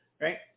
right